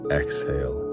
exhale